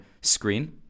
screen